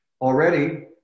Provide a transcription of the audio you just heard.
already